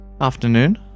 Afternoon